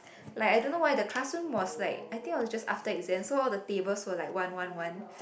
like I don't know why the classroom was like I think I was just after exam so all the tables were like one one one